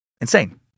Insane